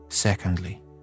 Secondly